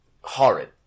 horrid